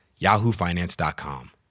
yahoofinance.com